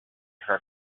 her